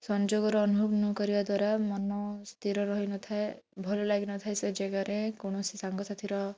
ସଂଯୋଗର ଅନୁଭବ ନ କରିବା ଦ୍ୱାରା ମନ ସ୍ଥିର ରହି ନ ଥାଏ ଭଲ ଲାଗି ନ ଥାଏ ସେ ଜେଗାରେ କୌଣସି ସାଙ୍ଗସାଥୀର